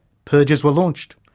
purges were launched,